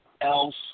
else